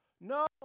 No